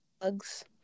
Bugs